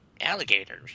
alligators